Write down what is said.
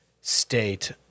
state